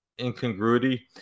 incongruity